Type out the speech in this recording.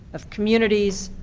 of communities,